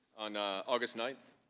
on august nine.